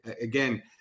Again